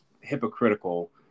hypocritical